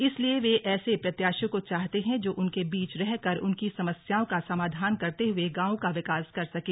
इसलिए वे ऐसे प्रत्याशियों को चाहते हैं जो उनके बीच रहकर उनकी समस्याओं का समाधान करते हुए गांवों का विकास कर सकें